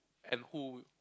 and who